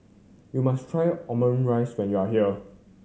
you must try Omurice when you are here